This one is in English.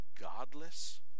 godless